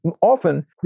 often